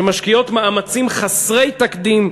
שמשקיעות מאמצים חסרי תקדים,